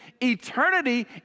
eternity